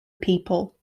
people